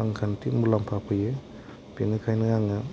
रांखान्थि मुलाम्फा फैयो बेनिखायनो आङो